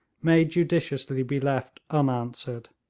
may judiciously be left unanswered.